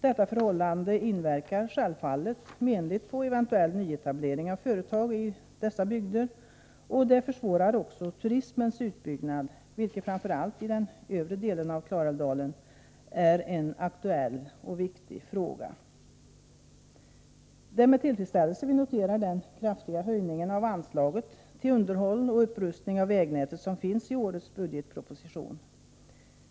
Detta förhållande inverkar självfallet menligt på eventuell nyetablering av företag i dessa bygder, och det försvårar också turismens utbyggnad, vilket framför allt i den övre delen av Klarälvsdalen är en aktuell och viktig fråga. Det är med tillfredsställelse vi noterar den kraftiga höjning av anslaget till underhåll och upprustning av vägnätet som finns i årets budgetproposition.